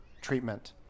treatment